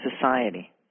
society